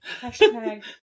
Hashtag